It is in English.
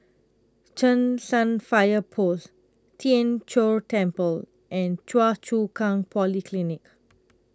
Cheng San Fire Post Tien Chor Temple and Choa Chu Kang Polyclinic